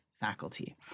faculty